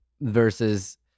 versus